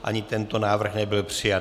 Ani tento návrh nebyl přijat.